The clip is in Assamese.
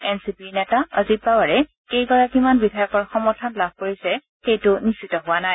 এনচিপিৰ নেতা অজিত পাৱাৰে কেইগৰাকী বিধায়কৰ সমৰ্থন লাভ কৰিছে সেইটো নিশ্চিত হোৱা নাই